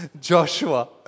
Joshua